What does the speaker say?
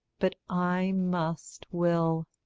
but i must will,